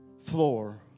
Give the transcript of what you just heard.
floor